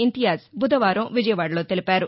ఇంతియాజ్ బుధవారం విజయవాడలో తెలిపారు